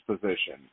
position